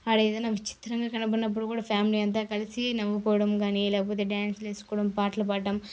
అక్కడేదైన విచిత్రంగా కనబడినప్పుడు కూడా ఫ్యామిలీ అంతా కలిసి నవ్వుకోవడం కానీ లేకపోతే డ్యాన్స్లు వేసుకోవడం పాటలు పాడడం